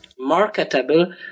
marketable